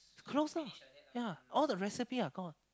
close lah ya all the recipe are gone